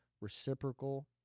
reciprocal